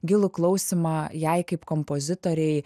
gilų klausymą jai kaip kompozitorei